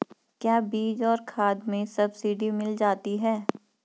क्या बीज और खाद में सब्सिडी मिल जाती है?